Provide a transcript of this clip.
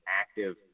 active